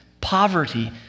poverty